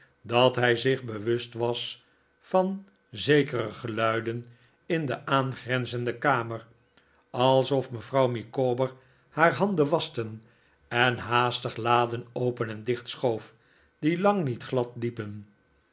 dat hij zich bewust was van zekere geluiden in do aangrenzende kamer alsof mevrouw micawber haar handen waschte en haastig laden open en dichtschoof die lang niet glad liepen